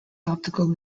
optical